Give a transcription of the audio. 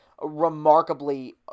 remarkably